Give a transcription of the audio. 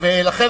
לכן,